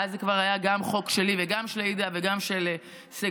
ואז זה כבר היה גם חוק שלי וגם של עאידה וגם של סגלוביץ'.